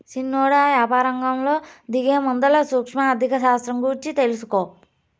సిన్నోడా, యాపారరంగంలో దిగేముందల సూక్ష్మ ఆర్థిక శాస్త్రం గూర్చి తెలుసుకో